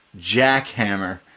jackhammer